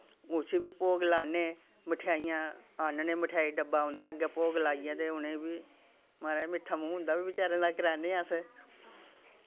उस्सी बी भोग लान्ने मठाइयां आह्नने मठाई डब्बा उं'दे अग्गै भोग लाइयै ते उ'नें गी बी माराज मिट्ठा मूंह् उं'दा बी बचारें दा करान्ने अस